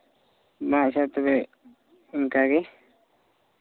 ᱢᱟ ᱟᱪᱪᱷᱟ ᱛᱚᱵᱮ ᱚᱱᱠᱟᱜᱮ